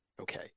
Okay